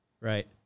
right